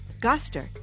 Guster